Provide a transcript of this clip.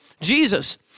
Jesus